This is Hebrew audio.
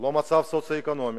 לא מצב סוציו-אקונומי,